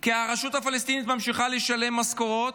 כי הרשות הפלסטינית ממשיכה לשלם משכורות,